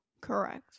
Correct